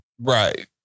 Right